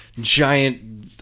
giant